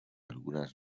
algunas